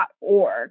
org